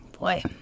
Boy